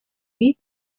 vid